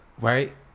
Right